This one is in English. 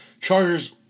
Chargers